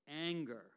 anger